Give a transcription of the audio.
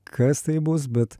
kas tai bus bet